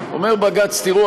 אומר בג"ץ: תראו,